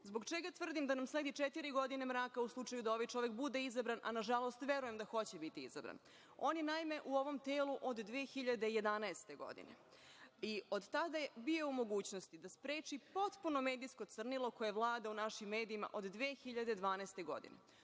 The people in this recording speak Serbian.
čega tvrdim da nam sledi četiri godine mraka u slučaju da ovaj čovek bude izabran, a nažalost verujem da hoće biti izabran? On je, naime, u ovom telu od 2011. godine, i od tada je bio u mogućnosti da spreči potpuno medijsko crnilo koje vlada u našim medijima od 2012. godine.